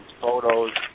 photos